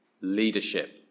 leadership